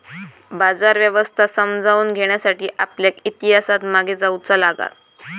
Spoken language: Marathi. बाजार व्यवस्था समजावून घेण्यासाठी आपल्याक इतिहासात मागे जाऊचा लागात